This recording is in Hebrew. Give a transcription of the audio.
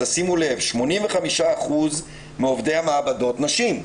שימו לב ש-85% מעובדי המעבדות הם נשים,